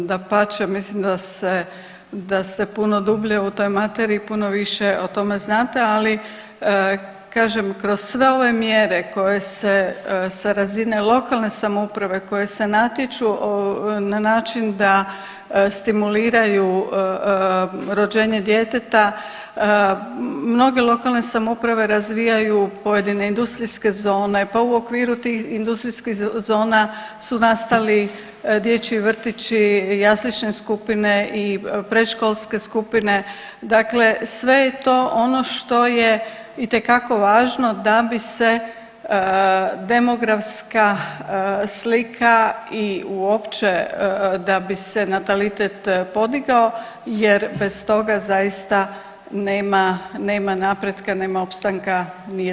Dapače, mislim da se, da ste puno dublje u toj materiji, puno više o tome znate, ali kažem, kroz sve ove mjere koje se sa razine lokalne samouprave koje se natječu na način da stimuliraju rođenje djeteta, mnoge lokalne samouprave razvijaju pojedine industrijske zone pa u okviru tih industrijskih zona su nastali dječji vrtići, jaslične skupine i predškolske skupine, dakle sve je to ono što je itekako važno da bi se demografska slika i uopće da bi se natalitet podigao jer bez toga zaista nema, nema napretka, nema opstanka nijedne nacije.